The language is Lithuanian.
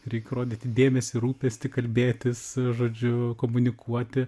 reik rodyti dėmesį rūpestį kalbėtis žodžiu komunikuoti